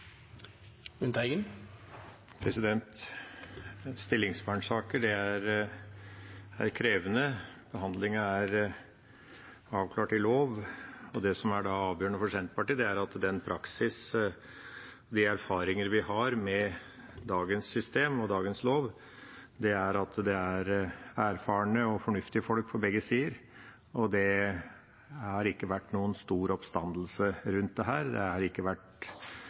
avgjørende for Senterpartiet, er at den praksisen og de erfaringene vi har med dagens system og dagens lov, er at det er erfarne og fornuftige folk på begge sider. Det har ikke vært noen stor oppstandelse rundt dette. Det har ikke tidligere vært